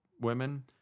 women